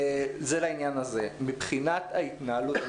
מבחינת ההתנהלות,